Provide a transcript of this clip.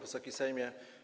Wysoki Sejmie!